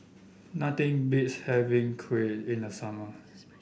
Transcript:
nothing beats having Kuih in the summer